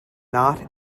not